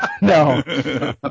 No